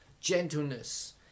gentleness